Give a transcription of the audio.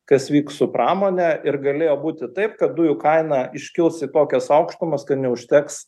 kas vyks su pramone ir galėjo būti taip kad dujų kaina iškils į tokias aukštumas kad neužteks